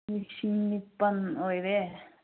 ꯂꯤꯁꯤꯡ ꯅꯤꯄꯥꯜ ꯑꯣꯏꯔꯦ